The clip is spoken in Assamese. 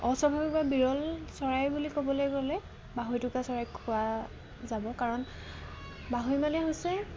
অস্বাভাৱিক বা বিৰল চৰাই বুলি ক'বলে গ'লে বাঢ়ৈটোকা চৰাই পোৱা যাব কাৰণ বাঢ়ৈ মানে হৈছে